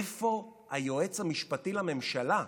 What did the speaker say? איפה היועץ המשפטי לממשלה?